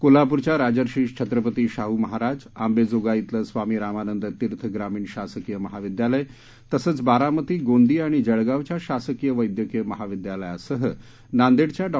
कोल्हापूरच्या राजर्षी छत्रपती शाहू महाराज अंबाजोगाईतलं स्वामी रामानंद तीर्थ ग्रामीण शासकीय महाविद्यालय तसंच बारामती गोंदिया आणि जळगावच्या शासकीय वध्कीय महाविद्यालयासह नांदेडच्या डॉ